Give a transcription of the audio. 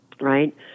Right